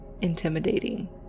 intimidating